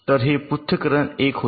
तर हे पृथक्करण 1 होते